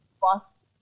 boss